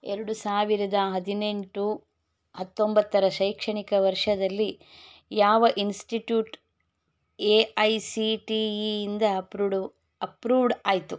ಎರಡು ಸಾವಿರದ ಹದಿನೆಂಟು ಹತ್ತೊಂಬತ್ತರ ಶೈಕ್ಷಣಿಕ ವರ್ಷದಲ್ಲಿ ಯಾವ institute A I C T ಇಯಿಂದ ಅಪ್ರೂಡು ಅಪ್ರೂಡ್ ಆಯಿತು